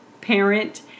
parent